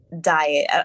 diet